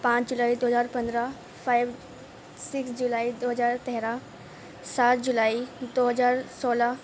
پانچ جولائی دو ہزار پندرہ فائیو سکس جولائی دو ہزار تیرہ سات جولائی دو ہزار سولہ